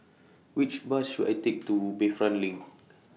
Which Bus should I Take to Bayfront LINK